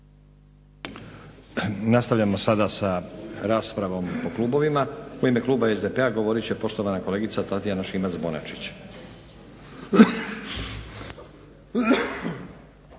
Nastavljamo sada sa raspravom po klubovima. U ime kluba SDP-a govorit će poštovana kolegica Tatjana Šimac-Bonačić.